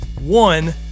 one